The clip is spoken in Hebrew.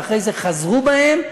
ואחרי זה חזרו בהם,